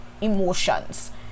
emotions